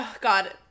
God